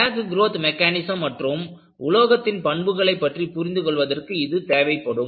crack growth mechanism மற்றும் உலோகத்தின் பண்புகளைப் பற்றி புரிந்து கொள்வதற்கு இது தேவைப்படும்